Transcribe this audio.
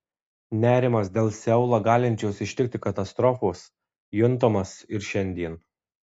nerimas dėl seulą galinčios ištikti katastrofos juntamas ir šiandien